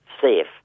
safe